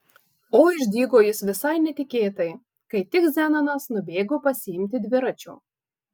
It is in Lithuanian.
o išdygo jis visai netikėtai kai tik zenonas nubėgo pasiimti dviračio